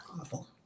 awful